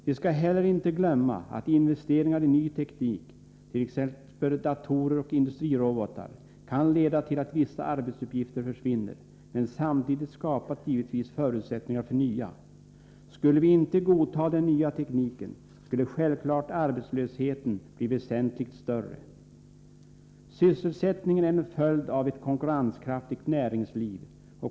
Vi skall heller inte glömma att investeringar i ny teknik, t.ex. datorer och industrirobotar, kan leda till att vissa arbetsuppgifter försvinner, men samtidigt skapas givetvis förutsättningar för nya. Skulle vi inte godta den nya tekniken, skulle självfallet arbetslösheten bli väsentligt större. Sysselsätt ningen är en följd av ett konkurrenskraftigt näringsliv.